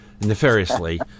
nefariously